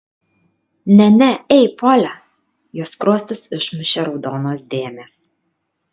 ne ne ei pole jos skruostus išmušė raudonos dėmės